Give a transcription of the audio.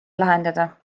lahendada